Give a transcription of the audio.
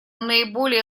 наиболее